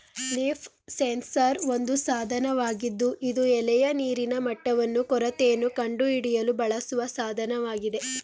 leaf sensor ಒಂದು ಸಾಧನವಾಗಿದ್ದು ಇದು ಎಲೆಯ ನೀರಿನ ಮಟ್ಟವನ್ನು ಕೊರತೆಯನ್ನು ಕಂಡುಹಿಡಿಯಲು ಬಳಸುವ ಸಾಧನವಾಗಿದೆ